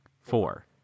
four